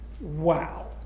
Wow